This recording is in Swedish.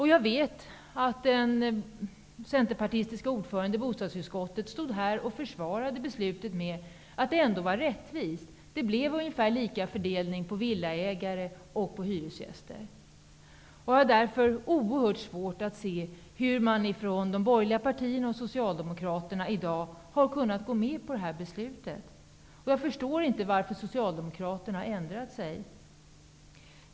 Jag vet att den centerpartistiske ordföranden i bostadsutskottet stod här i kammaren och försvarade beslutet med att det var ett rättvist sådant. Fördelningen mellan villaägare och hyresgäster blev lika stor, sades det. Jag har därför oerhört svårt att förstå hur de borgerliga partierna och Socialdemokraterna har kunnat gå med på detta beslut. Jag förstår inte anledningen till att Socialdemokraterna har ändrat sig.